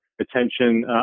attention